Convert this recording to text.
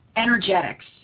Energetics